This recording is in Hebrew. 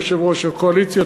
יושב-ראש הקואליציה.